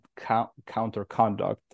counterconduct